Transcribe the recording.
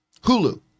Hulu